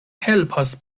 helpas